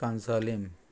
Cansaulim